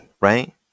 right